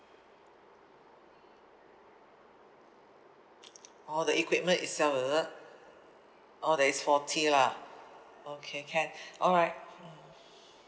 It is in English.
orh the equipment itself is it orh that is faulty lah okay can alright